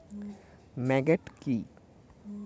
Maggot কি?